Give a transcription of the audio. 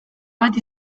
bat